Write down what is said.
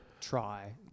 try